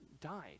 died